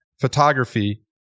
photography